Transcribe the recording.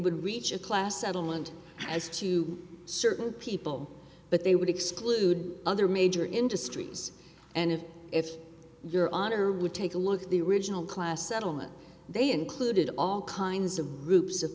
would reach a class settlement as to certain people but they would exclude other major industries and if your honor would take a look at the original class settlement they included all kinds of groups of